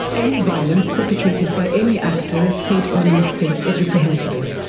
any violence perpetrated by any actor, state or non-state, is reprehensible.